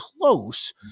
close